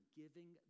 giving